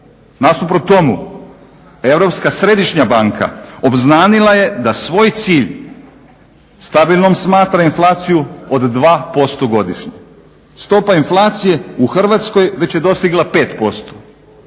Nasuprot tomu, Europska središnja banka obznanila je da svoj cilj stabilnom smatra inflaciju od 2% godišnje. Stopa inflacije u Hrvatskoj već je dostigla 5%.